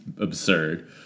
absurd